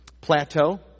plateau